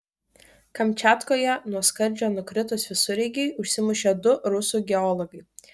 kamčiatkoje nuo skardžio nukritus visureigiui užsimušė du rusų geologai